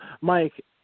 Mike